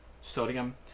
sodium